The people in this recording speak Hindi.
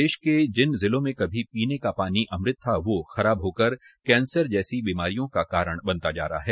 देश के जिन जिलों में कभी पीने का पानी अमृत था वह खराब होकर कैंसर जैसी बीमारियों का कारण बनता जा रहा है